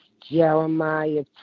Jeremiah